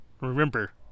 Remember